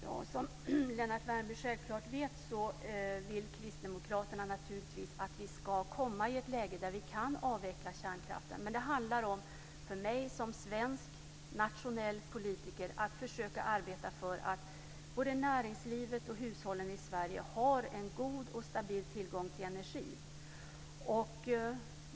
Fru talman! Som Lennart Värmby säkert vet vill Kristdemokraterna naturligtvis att vi ska komma i ett läge där vi kan avveckla kärnkraften, men det handlar om för mig som svensk nationell politiker att försöka arbeta för att både näringslivet och hushållen i Sverige har en god och stabil tillgång till energi.